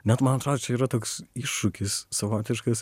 net man atro čia yra toks iššūkis savotiškas